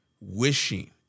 wishing